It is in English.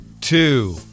two